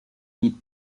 meat